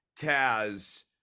Taz